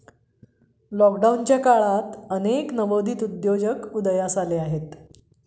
लॉकडाऊनच्या काळात अनेक नवोदित उद्योजक उदयास आले आहेत